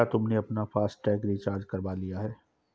क्या तुमने अपना फास्ट टैग रिचार्ज करवा लिया है?